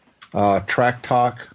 tracktalk